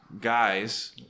guys